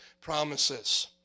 promises